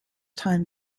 time